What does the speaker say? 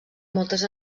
moltes